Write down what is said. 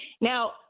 now